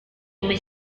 come